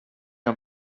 amb